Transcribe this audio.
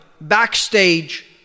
backstage